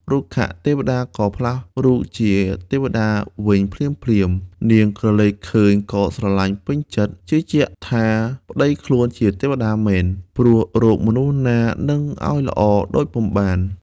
រុក្ខទេវតាក៏ផ្លាស់រូបជាទេវតាវិញភ្លាមៗ នាងក្រឡេកឃើញក៏ស្រលាញ់ពេញចិត្ដ ជឿជាក់ ថាប្ដីខ្លួនជាទេវតាមែន ព្រោះរកមនុស្សណានិងឱ្យល្អដូចពុំបាន ។